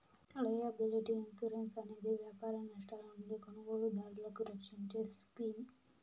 liability insurance అనేది వ్యాపార నష్టాల నుండి కొనుగోలుదారులను రక్షించే స్కీమ్